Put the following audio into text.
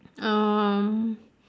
um